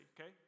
okay